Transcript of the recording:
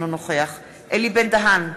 אינו נוכח אלי בן-דהן,